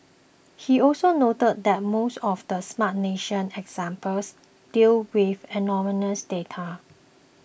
he also noted that most of the Smart Nation examples deal with anonymous data